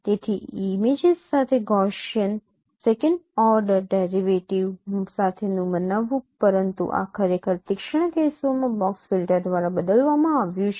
તેથી ઇમેજીસ સાથે Gaussian second order derivative સાથેનું મનાવવું પરંતુ આ ખરેખર તીક્ષ્ણ કેસોમાં બોક્સ ફિલ્ટર દ્વારા બદલવામાં આવ્યું છે